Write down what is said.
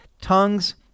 Tongues